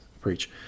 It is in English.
Preach